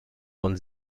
von